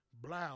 blow